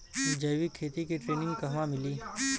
जैविक खेती के ट्रेनिग कहवा मिली?